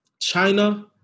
China-